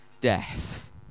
death